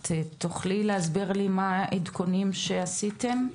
את תוכלי להסביר לי בבקשה מה העדכונים שעשיתם?